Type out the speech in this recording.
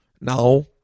No